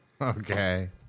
Okay